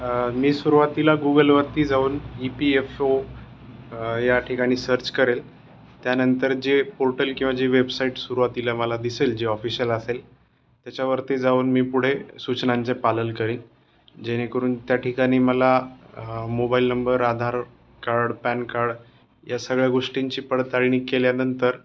मी सुरवातीला गुगलवरती जाऊन ई पी एफ ओ या ठिकाणी सर्च करेल त्यानंतर जे पोर्टल किंवा जे वेबसाईट सुरुवातीला मला दिसेल जे ऑफिशिल असेल त्याच्यावरती जाऊन मी पुढे सूचनांचे पालन करेन जेणेकरून त्या ठिकाणी मला mobile number Aadhaar card PAN card या सगळ्या गोष्टींची पडताळणी केल्यानंतर